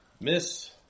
Miss